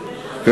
זה?